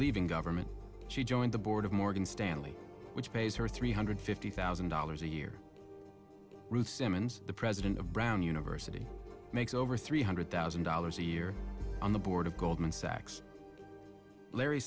leaving government she joined the board of morgan stanley which pays her three hundred fifty thousand dollars a year ruth simmons the president of brown university makes over three hundred thousand dollars a year on the board of goldman sachs larry